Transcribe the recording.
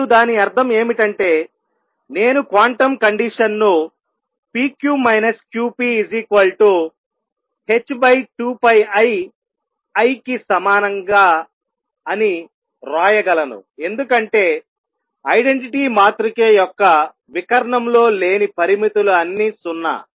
మరియు దాని అర్థం ఏమిటంటేనేను క్వాంటం కండిషన్ను p q q p h2πiI కి సమానం అని వ్రాయగలను ఎందుకంటే ఐడెంటిటీ మాతృక యొక్క వికర్ణము లో లేని పరిమితులు అన్నీ 0